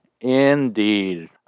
Indeed